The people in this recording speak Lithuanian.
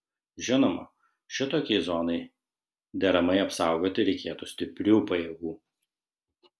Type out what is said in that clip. žinoma šitokiai zonai deramai apsaugoti reikėtų stiprių pajėgų